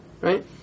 Right